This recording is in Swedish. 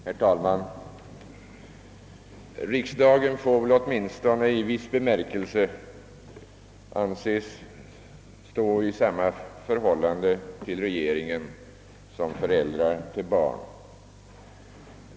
Herr talman! Riksdagen får väl åtminstone i viss bemärkelse anses stå i samma förhållande till regeringen som föräldrar till barn.